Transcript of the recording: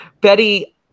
Betty